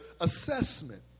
assessment